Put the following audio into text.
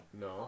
no